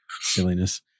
Silliness